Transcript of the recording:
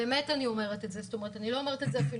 אני אומרת את זה באמת, אני לא אומרת את זה בצחוק.